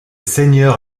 seigneur